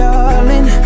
Darling